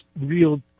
real